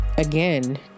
Again